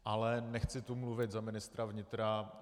Ale nechci tu mluvit za ministra vnitra.